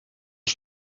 тэр